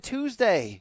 Tuesday